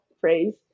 phrase